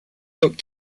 boat